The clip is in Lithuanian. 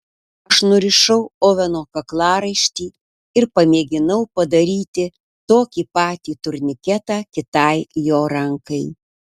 aš nurišau oveno kaklaraištį ir pamėginau padaryti tokį patį turniketą kitai jo rankai